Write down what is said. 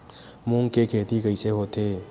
मूंग के खेती कइसे होथे?